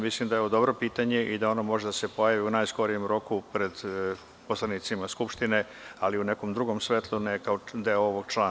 Mislim da je ovo dobro pitanje i da ono može da se pojavi u najskorijem roku pred poslanicima Skupštine, ali u nekom drugom svetlu, ne kao deo ovog člana.